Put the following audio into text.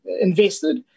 invested